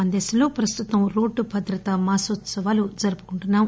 మన దేశంలో ప్రస్తుతం రోడ్డు భద్రత మానోత్పవాలు జరుపుకుంటున్నాం